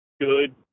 good